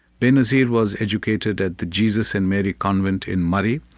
benazir was educated at the jesus and mary convent in murree.